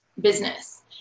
business